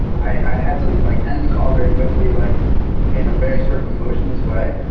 i had to, like like, end the call very quickly, like in a very sort of emotionless way.